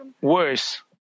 worse